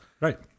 right